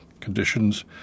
conditions